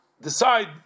decide